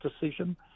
decision